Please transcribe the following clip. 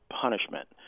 punishment